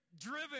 driven